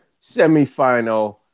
semifinal